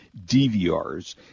DVRs